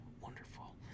wonderful